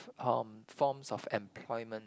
for~ forms of employment